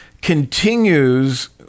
continues